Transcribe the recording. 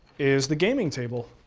is the gaming table.